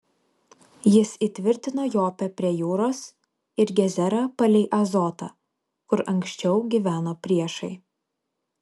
jis įtvirtino jopę prie jūros ir gezerą palei azotą kur anksčiau gyveno priešai